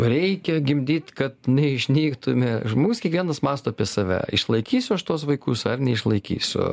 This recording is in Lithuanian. reikia gimdyt kad neišnyktume žmus kiekvienas mąsto apie save išlaikysiu aš tuos vaikus ar neišlaikysiu